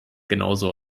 genauso